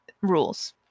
rules